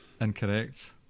Incorrect